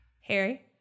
Harry